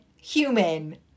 human